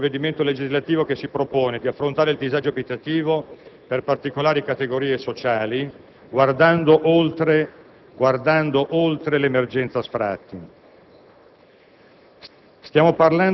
Stiamo parlando infatti di un provvedimento legislativo che si propone di affrontare il disagio abitativo per particolari categorie sociali, guardando oltre l'emergenza sfratti.